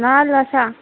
नाल्ल आसा